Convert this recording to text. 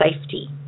safety